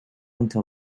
into